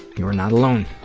you are not alone.